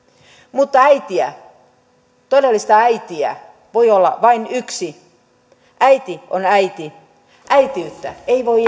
mutta äitiä todellista äitiä voi olla vain yksi äiti on äiti äitiyttä ei voi